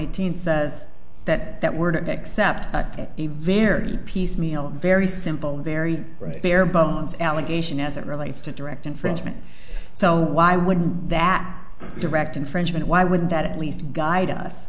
eighteen says that that word except that a very piecemeal very simple very bright bare bones allegation as it relates to direct infringement so why wouldn't that direct infringement why wouldn't that at least guide us